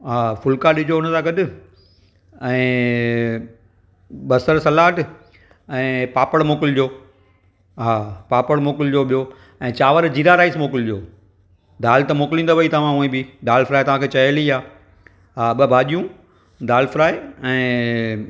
हा फुल्का ॾिजो हुन सां गॾु ऐं बसरु सलाड ऐं पापड़ मोकिलिजो हा पापड़ मोकिलिजो ॿियो ऐं चांवरु जीरा राइस मोकिलिजो दालि त मोकिलींदव ई तव्हां उहे बि दालि फ्राई तव्हांखे चयल ई आहे हा ॿ भाॼियूं दालि फ्राई ऐं